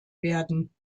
werden